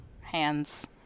hands